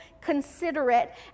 considerate